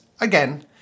again